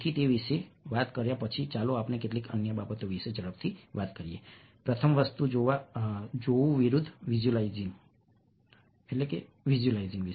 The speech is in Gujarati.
તેથી તે વિશે વાત કર્યા પછી ચાલો આપણે કેટલીક અન્ય બાબતો વિશે ઝડપથી વાત કરીએ પ્રથમ વસ્તુ જોવું વિરુદ્ધ વિઝ્યુલાઇઝિંગ